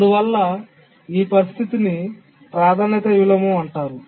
అందువలన ఈ పరిస్థితిని ప్రాధాన్యత విలోమం అంటారు